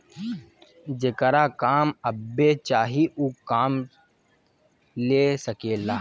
जेकरा काम अब्बे चाही ऊ काम ले सकेला